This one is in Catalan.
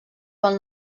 pel